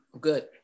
Good